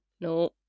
No